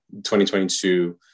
2022